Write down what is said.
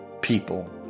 people